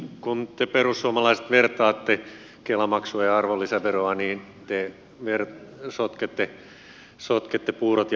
kun te perussuomalaiset vertaatte kela maksua ja arvonlisäveroa te sotkette puurot ja vellit